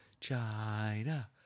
China